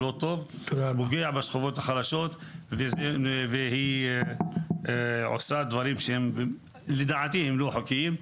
פוגע בשכבות החלשות והיא עושה דברים שלדעתי הם לא חוקיים.